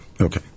Okay